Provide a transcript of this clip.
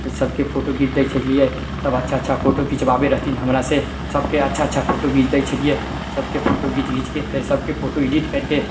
सभके फोटो घीच दै छलियै सभ अच्छा अच्छा फोटो घिचबाबय रहथिन हमरासँ सभके अच्छा अच्छा फोटो घीच दै छलियै सभके फोटो घीच घिचके फेर सभके फोटो एडिट करके